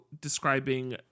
describing